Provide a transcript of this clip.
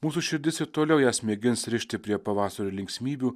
mūsų širdis ir toliau jas mėgins rišti prie pavasario linksmybių